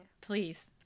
Please